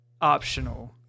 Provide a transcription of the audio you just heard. optional